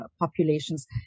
populations